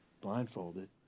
blindfolded